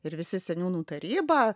ir visi seniūnų taryba